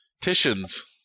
titians